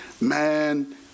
man